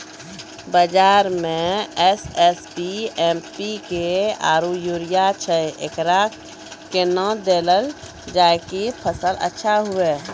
बाजार मे SSP, MPK आरु यूरिया छैय, एकरा कैना देलल जाय कि फसल अच्छा हुये?